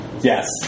Yes